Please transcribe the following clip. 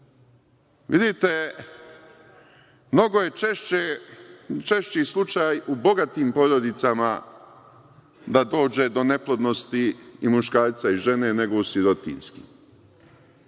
uradi? Vidite, mnogo je češći slučaj u bogatim porodicama da dođe do neplodnosti i muškarca i žene nego u sirotinjskim.